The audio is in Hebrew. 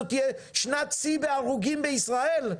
זו תהיה שנת שיא בהרוגים בישראל?